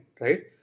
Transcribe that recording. right